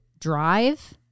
drive